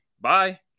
bye